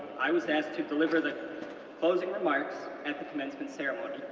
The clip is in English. i was asked to deliver the closing remarks at the commencement ceremony.